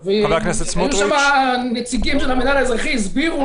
והיו שם נציגים של המינהל האזרחי שהסבירו